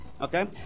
Okay